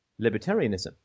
libertarianism